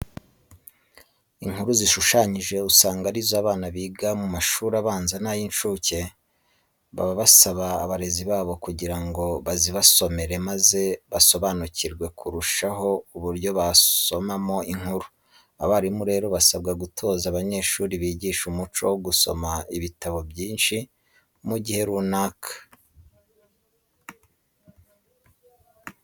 Inkuru zishushanyije usanga ari zo abana biga mu mashuri abanza n'ay'incuke baba basaba abarezi babo kugira ngo bazibasomere maze basobanukirwe kurushaho uburyo basomamo inkuru. Abarimu rero basabwa gutoza abanyeshuri bigisha umuco wo gusoma ibitabo byinshi mu gihe runaka.